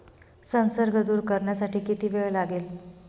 संसर्ग दूर करण्यासाठी किती वेळ लागेल?